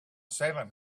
salem